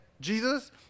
Jesus